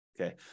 okay